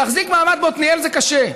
להחזיק מעמד בעתניאל זה קשה,